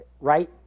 Right